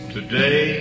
Today